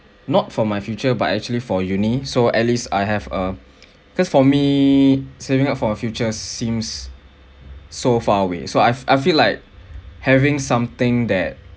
not for my future but actually for uni so at least I have err because for me saving up for my future seems so far away so I've I feel like having something that